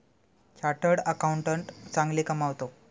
chartered accountant चांगले कमावतो